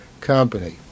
company